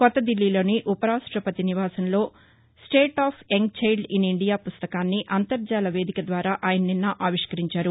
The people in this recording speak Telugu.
కాత్తదిల్లీ లో ని ఉపరాష్టపతి నివాసంలోని state of young child in India పుస్తకాన్ని అంతర్జాల వేదిక ద్వారా ఆయన నిన్న ఆవిష్కరించారు